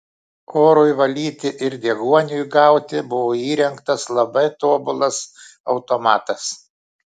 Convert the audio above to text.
orui valyti ir deguoniui gauti buvo įrengtas labai tobulas automatas